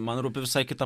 man rūpi visai kita